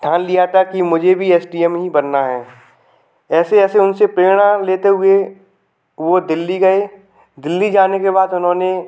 ठान लिया था कि मुझे भी एस डी एम ही बनना है ऐसे ऐसे उनसे प्रेरणा लेते हुए वो दिल्ली गए दिल्ली जाने के बाद उन्होंने